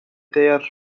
their